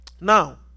Now